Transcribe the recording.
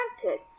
granted